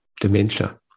dementia